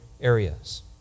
areas